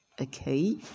Okay